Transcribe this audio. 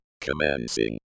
commencing